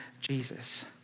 Jesus